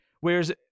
whereas